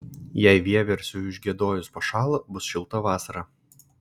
jei vieversiui užgiedojus pašąla bus šilta vasara